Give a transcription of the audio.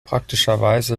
praktischerweise